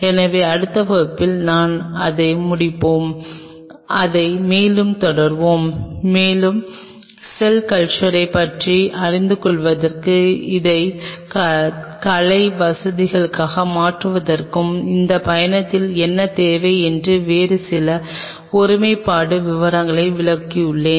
எனவே அடுத்த வகுப்பில் நான் இதை முடிப்பேன் அதை மேலும் தொடர்வோம் மேலும் செல் கல்ச்சரைப் பற்றி அறிந்துகொள்வதற்கும் அதை கலை வசதிகளாக மாற்றுவதற்கும் இந்த பயணத்தில் என்ன தேவை என்று வேறு சில ஒருமைப்பாடு விவரங்களை விளக்குவோம்